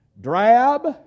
drab